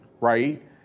right